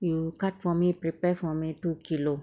you cut for me prepare for me two kilo